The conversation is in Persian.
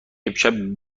امشب